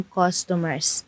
customers